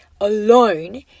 alone